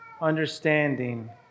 understanding